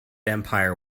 empire